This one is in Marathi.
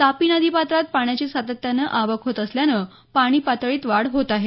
तापी नदीपात्रात पाण्याची सातत्यानं आवक होत असल्यानं पाणी पातळीत वाढ होत आहे